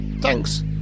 thanks